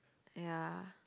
ya